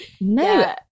No